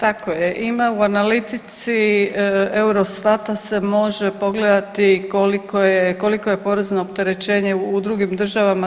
Tako je, ima u analitici Eurostata se može pogledati koliko je, koliko je porezno opterećenje u drugim državama.